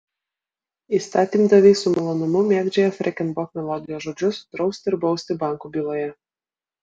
įstatymdaviai su malonumu mėgdžioja freken bok melodijos žodžius drausti ir bausti bankų byloje